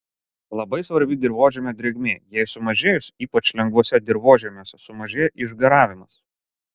labai svarbi dirvožemio drėgmė jai sumažėjus ypač lengvuose dirvožemiuose sumažėja išgaravimas